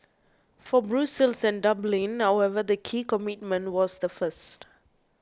for Brussels and Dublin however the key commitment was the first